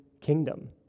kingdom